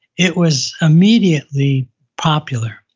it was immediately popular.